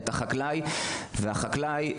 החקלאים,